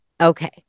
okay